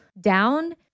down